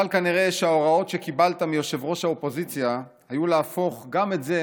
אבל כנראה שההוראות שקיבלת מראש האופוזיציה היו להפוך גם את זה